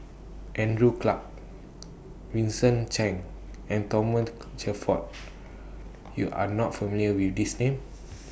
Andrew Clarke Vincent Cheng and Shelford YOU Are not familiar with These Names